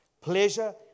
Pleasure